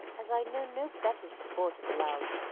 as i know no better support of love.